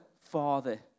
Father